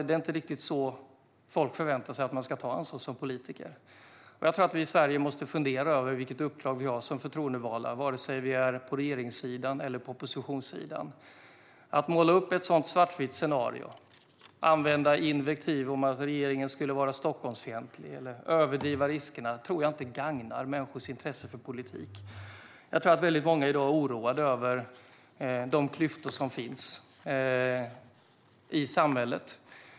Det är inte riktigt så som folk förväntar sig att man som politiker ska ta ansvar. Jag tror att vi i Sverige måste fundera över vilket uppdrag vi som förtroendevalda har, vare sig vi är på regeringssidan eller på oppositionssidan. Att måla upp ett sådant svartvitt scenario, använda invektiv som att regeringen skulle vara Stockholmsfientlig eller överdriva riskerna gagnar nog inte människors intresse för politik. Väldigt många är i dag oroade över de klyftor som finns i samhället.